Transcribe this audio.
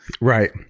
Right